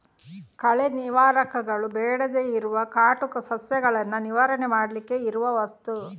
ಕಳೆ ನಿವಾರಕಗಳು ಬೇಡದೇ ಇರುವ ಕಾಟು ಸಸ್ಯಗಳನ್ನ ನಿವಾರಣೆ ಮಾಡ್ಲಿಕ್ಕೆ ಇರುವ ವಸ್ತು